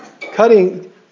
cutting